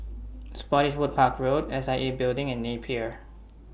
Spottiswoode Park Road S I A Building and Napier